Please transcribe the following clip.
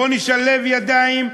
בואו נשלב ידיים,